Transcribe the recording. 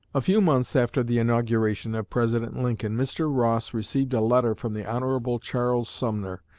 a few months after the inauguration of president lincoln, mr. ross received a letter from the hon. charles sumner,